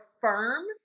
firm